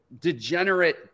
degenerate